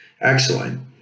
Excellent